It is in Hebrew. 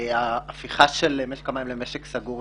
ההפיכה של משק המים למשק סגור,